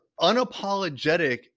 unapologetic